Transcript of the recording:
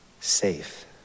safe